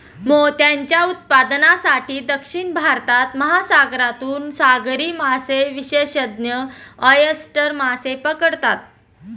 मोत्यांच्या उत्पादनासाठी, दक्षिण भारतात, महासागरातून सागरी मासेविशेषज्ञ ऑयस्टर मासे पकडतात